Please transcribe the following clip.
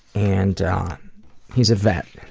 and he's a vet,